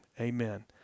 Amen